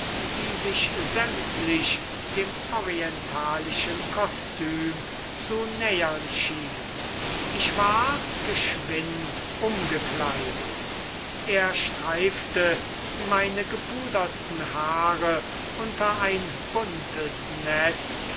die sich sämtlich dem orientalischen kostüm zu nähern schienen ich war geschwind umgekleidet er streifte meine gepuderten haare unter ein buntes netz